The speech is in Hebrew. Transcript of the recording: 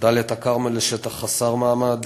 דאלית-אלכרמל ושטח חסר מעמד,